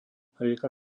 rieka